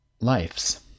lives